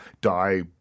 die